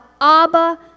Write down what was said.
Abba